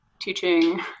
teaching